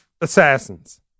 assassins